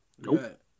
Nope